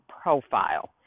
profile